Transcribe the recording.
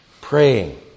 praying